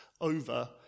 over